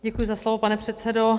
Děkuji za slovo, pane předsedo.